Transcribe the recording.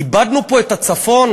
איבדנו פה את הצפון?